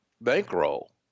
bankroll